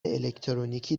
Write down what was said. الکترونیکی